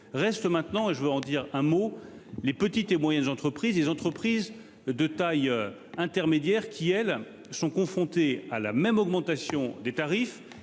Reste maintenant et je vais en dire un mot. Les petites et moyennes entreprises des entreprises de taille intermédiaire qui elles sont confrontées à la même augmentation des tarifs